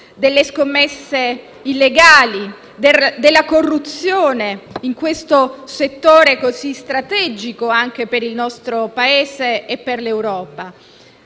delle scommesse illegali e della corruzione in un settore tanto strategico anche per il nostro Paese e per l'Europa,